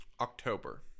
October